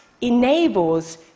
enables